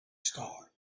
star